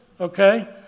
okay